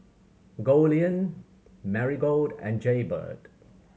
Goldlion Marigold and Jaybird